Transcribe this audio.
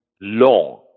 long